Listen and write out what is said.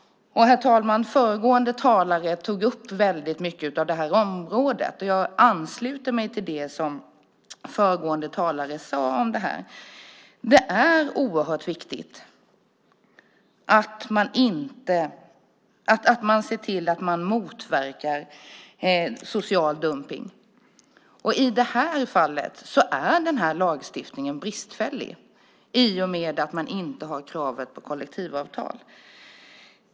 Herr talman! Föregående talare tog upp väldigt mycket på det här området, och jag ansluter mig till det föregående talare sade om detta. Det är oerhört viktigt att se till att man motverkar social dumpning. I det fallet är lagstiftningen bristfällig i och med att man inte har kravet på kollektivavtal.